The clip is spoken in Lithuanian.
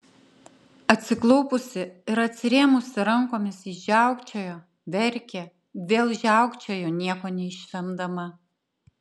atsiklaupusi ir atsirėmusi rankomis ji žiaukčiojo verkė vėl žiaukčiojo nieko neišvemdama